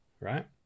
right